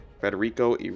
Federico